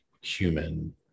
human